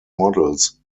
models